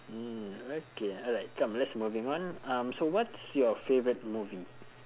mm okay alright come let's moving on um so what's your favourite movie